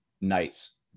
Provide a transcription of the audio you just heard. nights